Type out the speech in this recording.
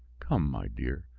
come, my dear,